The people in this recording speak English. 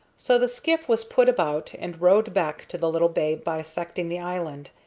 so the skiff was put about and rowed back to the little bay bisecting the island.